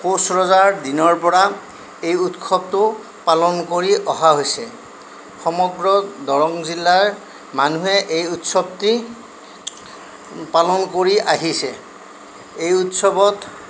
কোঁচ ৰজাৰ দিনৰপৰা এই উৎসৱটো পালন কৰি অহা হৈছে সমগ্ৰ দৰং জিলাৰ মানুহে এই উৎসৱটি পালন কৰি আহিছে এই উৎসৱত